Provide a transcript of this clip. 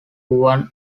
one